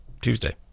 Tuesday